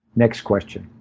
next question,